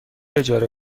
اجاره